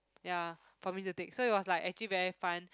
ya for me to take so it was like actually very fun